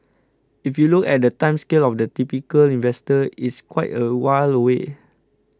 if you look at the time scale of the typical investor it's quite a while away